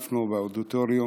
התאספנו באודיטוריום.